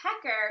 Pecker